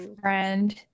friend